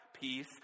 peace